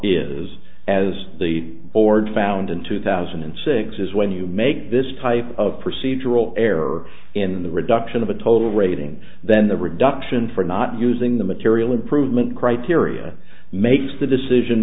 is as the board found in two thousand and six is when you make this type of procedural error in the reduction of a total rating then the reduction for not using the material improvement criteria makes the decision